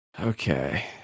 Okay